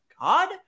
God